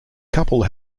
couple